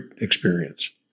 experience